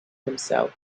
himself